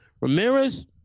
Ramirez